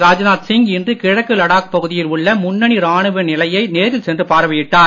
ராஜ்நாத் சிங் இன்று கிழக்கு லடாக் பகுதியில் உள்ள முன்னணி ராணுவ நிலையை நேரில் சென்று பார்வையிட்டார்